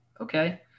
Okay